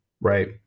Right